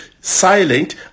silent